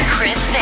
Chris